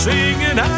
Singing